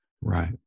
Right